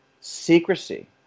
secrecy